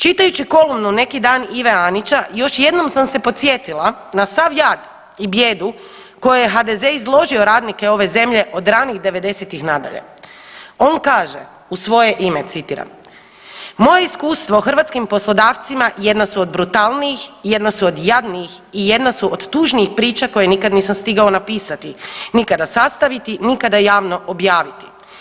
Čitajuću kolumnu neki dan Ive Anića još jednom sam se podsjetila na sav jad i bijedu kojoj je HDZ izložio radnike ove zemlje od ranih 90-ih nadalje, on kaže u svoje ime, citiram, moje iskustvo hrvatskim poslodavcima jedna su od brutalnijih, jedna su od jadnijih i jedna su od tužnijih priča koje nisam stigao napisati, nikada sastaviti, nikada javno objaviti.